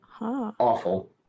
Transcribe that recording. awful